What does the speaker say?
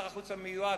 שר החוץ המיועד,